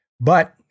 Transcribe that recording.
But-